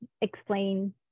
explain